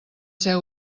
ser